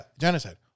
genocide